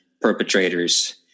perpetrators